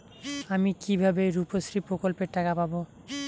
আমি কিভাবে রুপশ্রী প্রকল্পের টাকা পাবো?